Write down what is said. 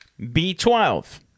B12